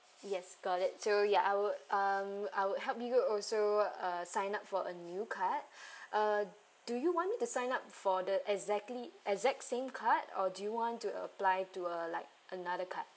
yes got it so ya I would um I would help you al~ also uh sign up for a new card uh do you want me to sign up for the exactly exact same card or do you want to apply to a like another card